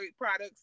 products